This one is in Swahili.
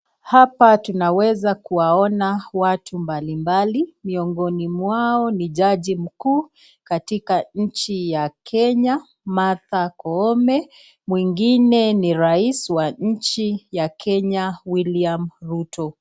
Hapa tunaweza kuwaona watu mbalimbali miongoni mwao ni jaji mkuu katika nchi ya Kenya, Martha Koome. Mwingine ni rais wa nchi ya Kenya William Ruto.